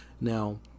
now